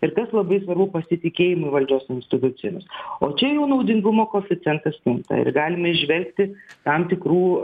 ir kas labai svarbu pasitikėjimui valdžios institucijomis o čia jau naudingumo koeficientas kinta ir galime įžvelgti tam tikrų